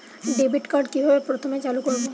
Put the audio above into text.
Debit card কিভাবে প্রথমে চালু করব?